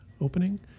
opening